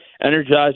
energized